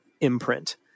imprint